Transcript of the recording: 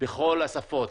בכל השפות.